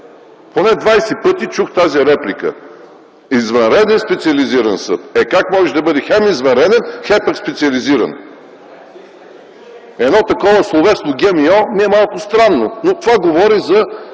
Поне 20 пъти чух тази реплика: „Извънреден специализиран съд”. Как може да бъде хем извънреден, хем пък специализиран?! Едно такова словесно ГМО ми е малко странно, но това говори за